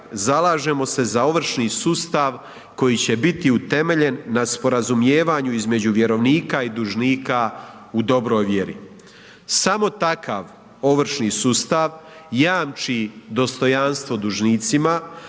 zalažemo se za ovršni sustav koji će biti utemeljen na sporazumijevanju između vjerovnika i dužnika u dobroj vjeri. Samo takav ovršni sustav jamči dostojanstvo dužnicima,